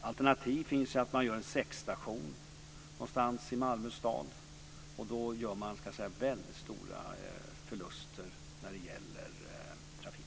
Alternativet finns att göra en säckstation någonstans i Malmö stad, men då gör man väldigt stora förluster när det gäller trafiken.